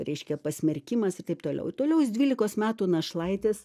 reiškia pasmerkimas ir taip toliau toliau jis dvylikos metų našlaitis